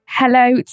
Hello